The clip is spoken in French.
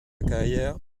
carrière